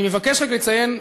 אני מבקש רק לציין,